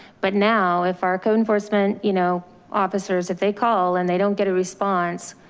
but now if our code enforcement you know officers, if they call and they don't get it response,